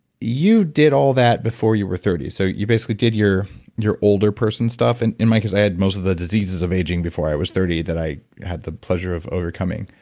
you did all that before you were thirty. so, you basically did your your older person stuff and like because i had most of the diseases of aging before i was thirty that i had the pleasure of overcoming.